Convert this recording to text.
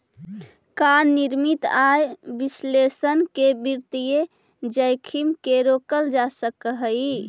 का निश्चित आय विश्लेषण से वित्तीय जोखिम के रोकल जा सकऽ हइ?